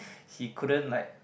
he couldn't like